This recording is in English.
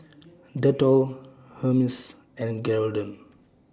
Dettol Hermes and Geraldton